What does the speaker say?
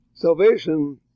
Salvation